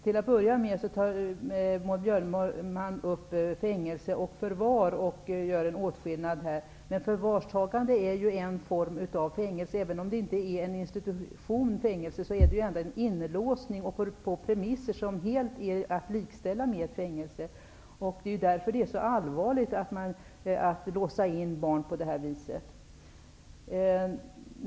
Till att börja med gör Maud Björnemalm en åtskillnad mellan förvarstagande och fängelse. Förvarstagande är ju en form av fängelse. Även om det inte rör sig om en fängelseinstitution, innebär förvarstagande ändå en form av inlåsning på premisser som helt är att likställa med fängelse. Det är därför som det är så allvarligt att låsa in barn på det här viset.